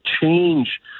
change